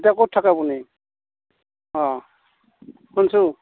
এতিয়া ক'ত থাকে আপুনি অঁ শুনিছোঁ